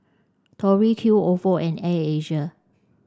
Tori Q Ofo and Air Asia